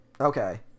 okay